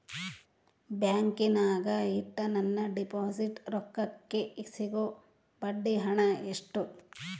ಬ್ಯಾಂಕಿನಾಗ ಇಟ್ಟ ನನ್ನ ಡಿಪಾಸಿಟ್ ರೊಕ್ಕಕ್ಕೆ ಸಿಗೋ ಬಡ್ಡಿ ಹಣ ಎಷ್ಟು?